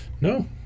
No